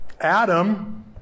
Adam